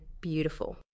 beautiful